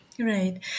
Right